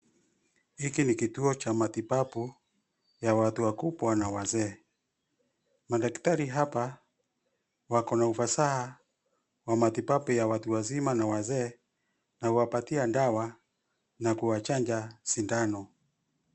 Hiki ni kitua cha matibabu ya watu wakubwa na wazee. Madaktari hapa wako na ufasaha wa matibabu ya watu wazima na wazee na huwapaita dawa na kuwachanja sindano.